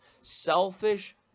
selfish